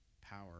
power